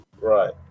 Right